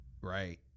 Right